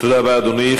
תודה רבה, אדוני.